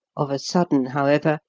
of a sudden, however,